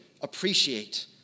appreciate